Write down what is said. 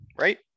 right